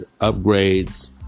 upgrades